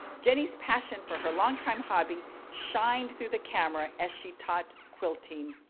jenny's passion for her long-time hobby shined through the camera as she taught quilting.